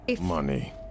money